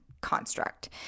construct